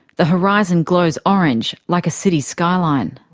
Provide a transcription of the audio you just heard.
the horizon glows orange like a city skyline.